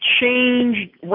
change